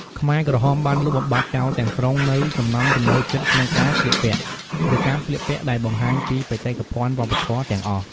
ខ្មែរក្រហមបានលុបបំបាត់ចោលទាំងស្រុងនូវ ចំណង់ចំណូលចិត្តក្នុងការស្លៀកពាក់ ឬការស្លៀកពាក់ដែលបង្ហាញពី បេតិកភណ្ឌវប្បធម៌ ទាំងអស់។